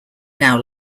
now